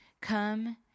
come